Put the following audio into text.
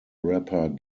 rapper